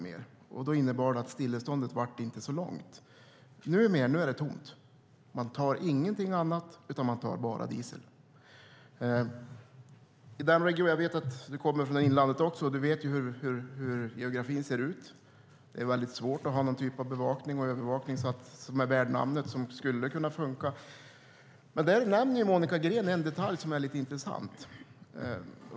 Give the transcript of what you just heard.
Mer än så var det inte. Stilleståndet blev då inte så långvarigt. Numera är det tomt i tanken, men man tar inget annat än dieseln. Jag vet att du också kommer från inlandet, justitieministern, och du vet hur geografin ser ut. Det är väldigt svårt att ha någon typ av bevakning eller övervakning som är värd namnet och som skulle kunna funka. Där nämner dock Monica Green en detalj som är lite intressant.